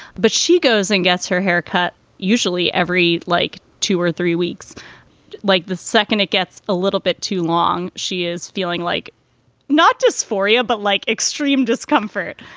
but she goes and gets her haircut usually every like two or three weeks like the second, it gets a little bit too long she is feeling like not dysphoria, but like extreme discomfort.